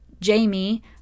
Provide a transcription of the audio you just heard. Jamie